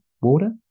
water